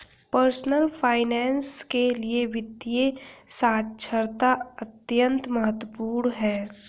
personal finance के लिए वित्तीय साक्षरता अत्यंत महत्वपूर्ण है